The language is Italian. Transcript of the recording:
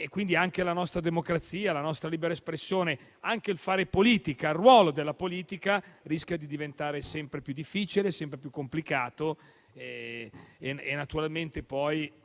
più e anche la nostra democrazia, la nostra libera espressione, il fare politica e il ruolo della politica rischiano di diventare sempre più difficili, sempre più complicati. Si rischia